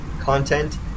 content